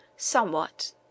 Somewhat